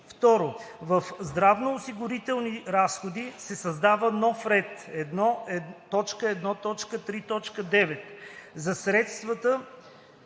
г. 2. В здравноосигурителни разходи се създава нов ред 1.1.3.9 за средствата